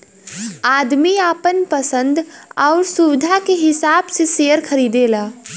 आदमी आपन पसन्द आउर सुविधा के हिसाब से सेअर खरीदला